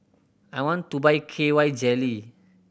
I want to buy K Y Jelly